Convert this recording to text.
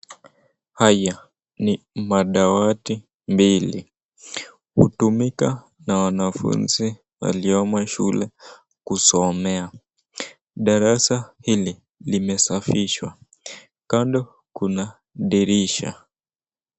Haya ni madawati mbili, hutumika na wanafuzi waliomo shule kusomea. Darasa hili limesafishwa, kando kuna dirisha.